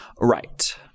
right